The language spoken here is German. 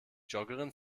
joggerin